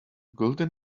golden